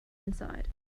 inside